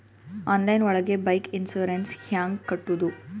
Online ಒಳಗೆ bike insurance ಹ್ಯಾಂಗ್ ಕಟ್ಟುದು?